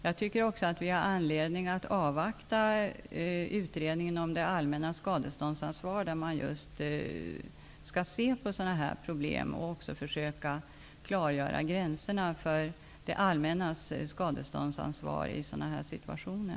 Jag tycker att vi har anledning att avvakta utredningen om det allmännas skadeståndsansvar. Där skall just sådana problem ses över, och man skall försöka klargöra gränserna för det allmännas skadeståndsansvar i sådana situationer.